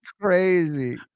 crazy